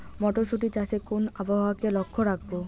মটরশুটি চাষে কোন আবহাওয়াকে লক্ষ্য রাখবো?